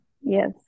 yes